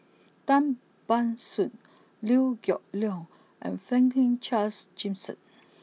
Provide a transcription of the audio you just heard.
Tan Ban Soon Liew Geok Leong and Franklin Charles Gimson